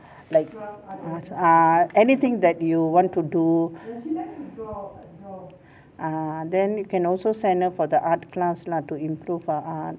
like ah anything that you want to do ah then you can also send her for the art class lah to improve her art